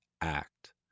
act